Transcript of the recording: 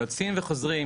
הם יוצאים וחוזרים,